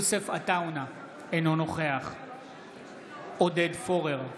אינו נוכח עודד פורר,